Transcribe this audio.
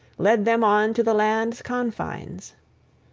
led them on to the land's confines.